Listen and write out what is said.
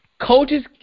coaches